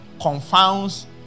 confounds